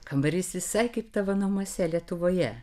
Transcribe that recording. kambarys visai kaip tavo namuose lietuvoje